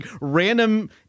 random